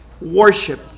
worship